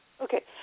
Okay